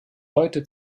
heute